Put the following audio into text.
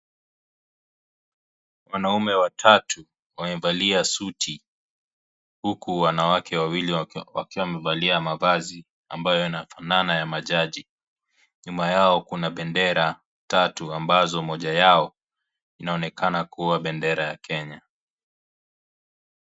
Wanaume watatu wamevalia suti, huku wanawake wawili wakiwa wamevalia mavazi ambayo yanafanana ya majaji. Nyuma yao kuna bendera tatu ambazo moja yao, inaoneka kuwa bendera ya Kenya.